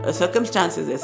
circumstances